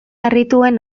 harrituen